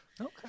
okay